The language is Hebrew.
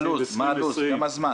מה הלו"ז, כמה זמן